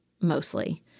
mostly